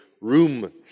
room